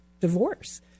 divorce